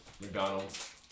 McDonald's